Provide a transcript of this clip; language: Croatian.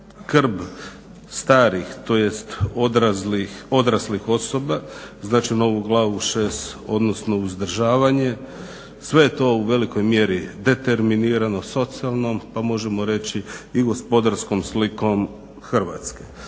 skrb starih, tj odraslih osoba. Znači, novu glavu 6, odnosno uzdržavanje. Sve je to u velikoj mjeri determinirano socijalnom, pa možemo reći, i gospodarskom slikom Hrvatske.